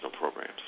programs